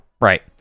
right